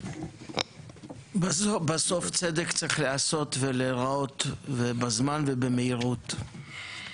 בסוף צדק צריך להיעשות ולהיראות ובזמן ובמהירות.